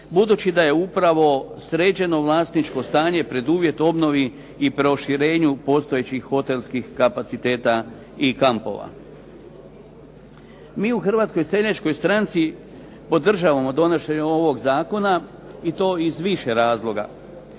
budući da je upravo sređeno vlasničko stanje preduvjet obnovi i proširenju postojećih hotelskih kapaciteta i kampova. Mi u Hrvatskoj seljačkoj stranci podržavamo donošenje ovog zakona i to iz više razloga.